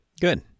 Good